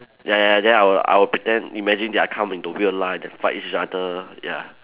ya ya ya then I will I will pretend imagine they are come into real life then fight each other ya